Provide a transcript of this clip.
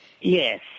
Yes